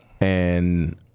And-